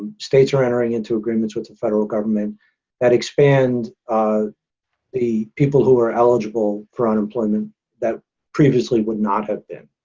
states are entering into agreements with the federal government that expand um the people who are eligible for unemployment that previously would not have been.